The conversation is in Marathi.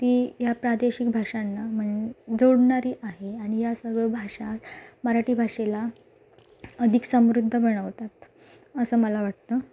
ती ह्या प्रादेशिक भाषांना मन जोडणारी आहे आणि या सर्व भाषा मराठी भाषेला अधिक समृद्ध बनवतात असं मला वाटतं